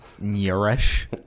nourish